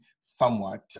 somewhat